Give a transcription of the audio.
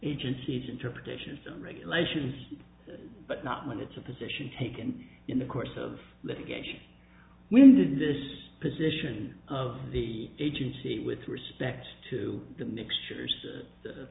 agency's interpretation of some regulations but not when it's a position taken in the course of litigation when does this position of the agency with respect to the mixtures